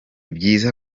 byiza